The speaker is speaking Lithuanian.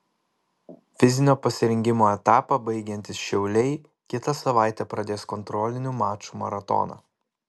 fizinio pasirengimo etapą baigiantys šiauliai kitą savaitę pradės kontrolinių mačų maratoną